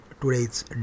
today's